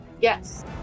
Yes